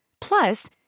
Plus